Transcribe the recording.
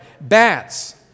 Bats